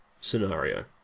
scenario